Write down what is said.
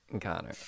Connor